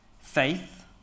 faith